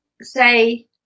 say